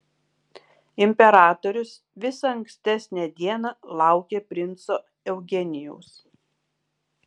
imperatorius visą ankstesnę dieną laukė princo eugenijaus